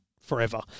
forever